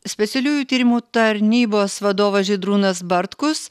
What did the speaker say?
specialiųjų tyrimų tarnybos vadovas žydrūnas bartkus